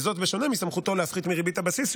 וזאת בשונה מסמכותו להפחית מריבית הבסיס,